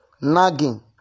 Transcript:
nagging